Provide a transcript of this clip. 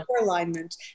alignment